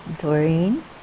Doreen